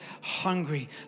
hungry